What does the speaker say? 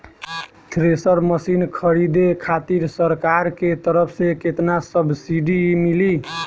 Thresher machine खरीदे खातिर सरकार के तरफ से केतना सब्सीडी मिली?